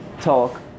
talk